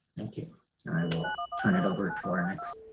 thank you. i will turn it over to our next